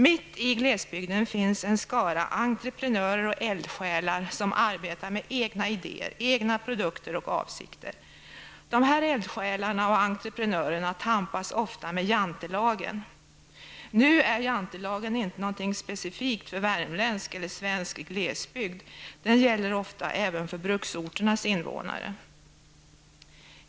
Mitt i glesbygden finns en skara entreprenörer och eldsjälar som arbetar med egna idéer, egna produkter och avsikter. De här eldsjälarna och entreprenörerna tampas ofta med jantelagen. Nu är jantelagen inte någonting specifikt för värmländsk eller svensk glesbygd, den gäller ofta även för bruksorternas invånare.